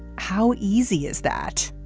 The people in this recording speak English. how easy is that?